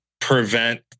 prevent